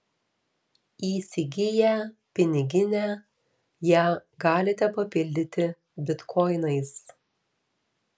įsigiję piniginę ją galite papildyti bitkoinais